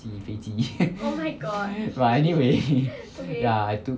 机飞机 but anyway ya I took